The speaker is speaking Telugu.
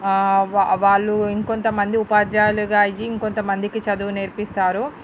వాళ్ళు ఇంకొంతమంది ఉపాధ్యాయులుగా అయ్యి ఇంకొంతమందికి చదువు నేర్పిస్తారు